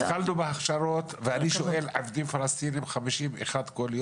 התחלנו בהכשרות ואני שואל חמישים ואחד עובדים פלסטינים כל יום.